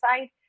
side